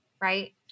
right